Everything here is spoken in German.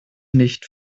nicht